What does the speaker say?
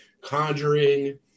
Conjuring